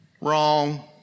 Wrong